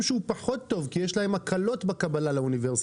שהוא פחות טוב כי יש להם הקלות בקבלה לאוניברסיטה.